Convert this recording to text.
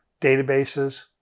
databases